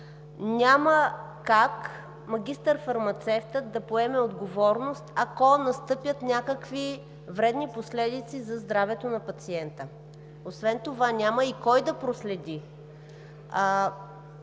Няма как магистър-фармацевтът да поеме отговорност, ако настъпят някакви вредни последици, за здравето на пациента. Освен това няма и кой да проследи